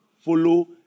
follow